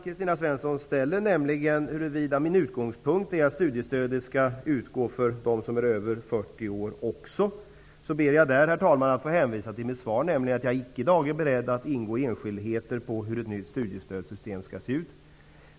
Kristina Svensson ställde också frågan om huruvida min utgångspunkt är att studiestödet även skall utgå för dem som är över 40 år, ber jag, herr talman, att få hänvisa till mitt svar. I mitt svar säger jag att jag i dag icke är beredd att ingå i enskildheter om hur ett nytt studiestödssystem skall se ut.